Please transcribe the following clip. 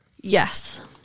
Yes